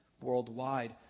worldwide